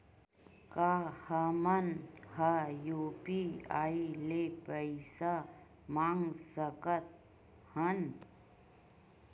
का हमन ह यू.पी.आई ले पईसा मंगा सकत हन?